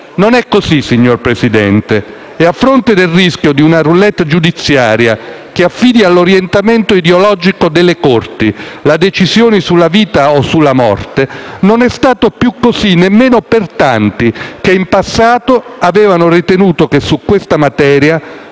non è così. E a fronte del rischio di una *roulette* giudiziaria che affidi all'orientamento ideologico delle corti la decisione sulla vita o sulla morte, non è stato più così nemmeno per tanti che in passato avevano ritenuto che su questa materia